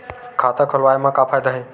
खाता खोलवाए मा का फायदा हे